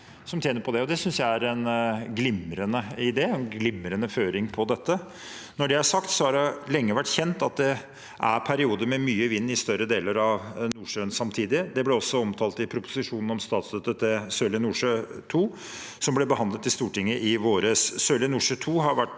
jeg er en glimrende idé og en glimrende føring på dette. Når det er sagt, har det lenge vært kjent at det er perioder med mye vind i større deler av Nordsjøen samtidig. Det ble også omtalt i proposisjonen om statsstøtte til Sørlige Nordsjø II, som ble behandlet i Stortinget i vår.